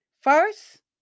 First